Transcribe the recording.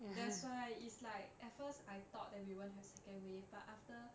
that's why it's like at first I thought that we won't have second wave but after